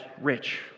rich